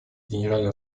генеральной